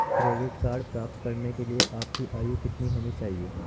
Credit card प्राप्त करने के लिए आपकी आयु कितनी होनी चाहिए?